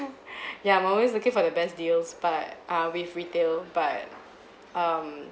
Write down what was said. ya I'm always looking for the best deals but err with retail but um